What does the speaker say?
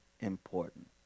important